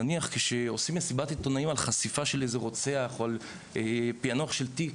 נניח כשעושים מסיבת עיתונאים על חשיפה של איזו רוצח או פיענוח של תיק,